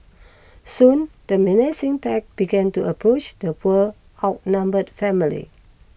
soon the menacing pack began to approach the poor outnumbered family